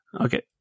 Okay